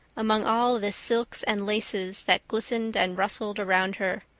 among all the silks and laces that glistened and rustled around her.